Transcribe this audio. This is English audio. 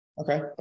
Okay